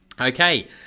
Okay